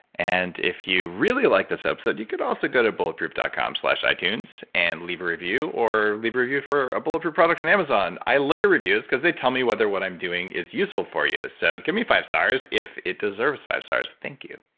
and if you really like this episode you could also go to bulletproof dot com slash itunes and leave a review or leave a review for a bulletproof product on amazon. i look at reviews because they tell me whether what i'm doing is useful for you, so give me five stars if it deserves five stars. thank you